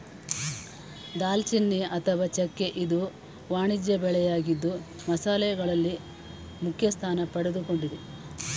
ದಾಲ್ಚಿನ್ನಿ ಅಥವಾ ಚೆಕ್ಕೆ ಇದು ವಾಣಿಜ್ಯ ಬೆಳೆಯಾಗಿದ್ದು ಮಸಾಲೆಗಳಲ್ಲಿ ಮುಖ್ಯಸ್ಥಾನ ಪಡೆದುಕೊಂಡಿದೆ